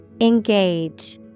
Engage